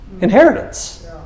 inheritance